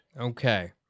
Okay